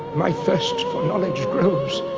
my thirst for knowledge grows.